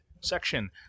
section